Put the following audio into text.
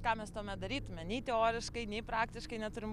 ką mes tuomet darytume nei teoriškai nei praktiškai neturim